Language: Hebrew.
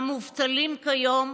המובטלים כיום,